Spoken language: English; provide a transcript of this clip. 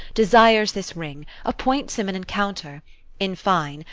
desires this ring appoints him an encounter in fine,